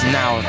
now